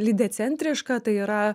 lydecentriška tai yra